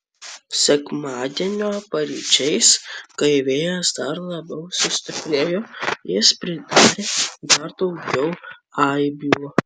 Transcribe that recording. sekmadienio paryčiais kai vėjas dar labiau sustiprėjo jis pridarė dar daugiau aibių